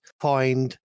find